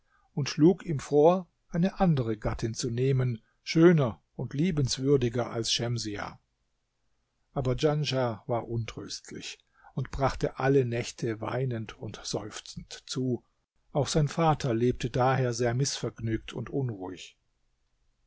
und schlug ihm vor eine andere gattin zu nehmen schöner und liebenswürdiger als schemsiah aber djanschah war untröstlich und brachte alle nächte weinend und seufzend zu auch sein vater lebte daher sehr mißvergnügt und unruhig